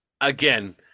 again